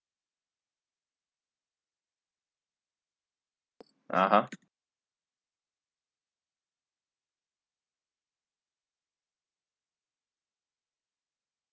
(uh huh)